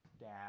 Down